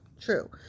True